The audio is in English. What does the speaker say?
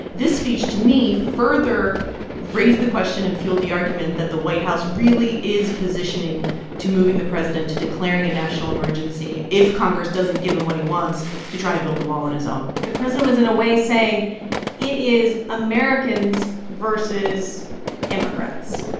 this speech, to me, further raised the question and fueled the argument that the white house really is positioning to moving the president to declaring a national emergency if congress doesn't give him what he wants to try and build the wall on his own the president was, in a way, saying it is americans versus immigrants.